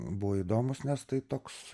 buvo įdomūs nes tai toks